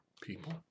people